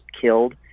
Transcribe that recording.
killed